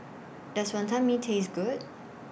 Does Wantan Mee Taste Good